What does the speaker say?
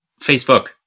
Facebook